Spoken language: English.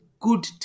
good